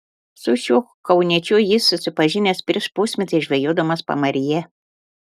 su šiuo kauniečiu jis susipažinęs prieš pusmetį žvejodamas pamaryje